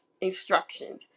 instructions